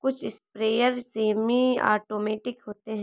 कुछ sprayer semi automatic होते हैं